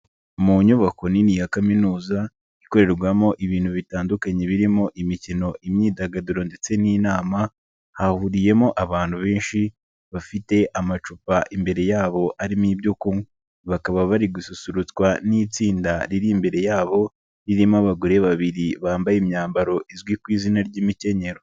Mu nyubako nini ya kaminuza ikorerwamo ibintu bitandukanye birimo imikino, imyidagaduro ndetse n'inama hahuriyemo abantu benshi bafite amacupa imbere yabo arimo ibyo kunywa. Bakaba bari gususurutswa n'itsinda riri imbere yabo ririmo abagore babiri bambaye imyambaro izwi ku izina ry'imikenyerero.